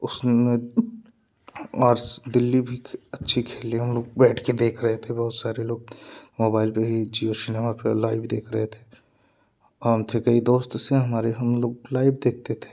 उसमें R C Delhi भी अच्छी खेली हम लोग बैठ के देख रहे थे बहुत सारे लोग मोबाईल पर ही जिओ सिनेमा पर लाइव देख रहे थे हम थे कई दोस्त थे हमारे हम लोग लाइव देखते थे